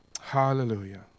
Hallelujah